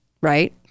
right